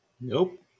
Nope